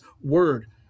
word